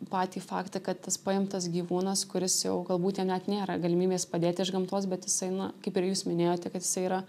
patį faktą kad tas paimtas gyvūnas kuris jau galbūt jam net nėra galimybės padėt iš gamtos bet jisai na kaip ir jūs minėjote kad jisai yra